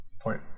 point